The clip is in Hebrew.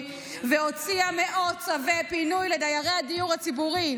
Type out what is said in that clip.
והוציאה מאות צווי פינוי לדיירי הדיור הציבורי,